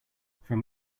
from